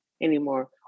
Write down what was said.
anymore